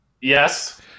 Yes